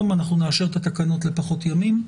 אני חושב שכאן יש גם תפקיד לוועדה.